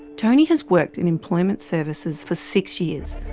tony has worked in employment services for six years,